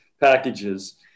packages